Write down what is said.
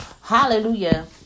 Hallelujah